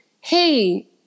hey